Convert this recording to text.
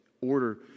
order